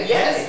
Yes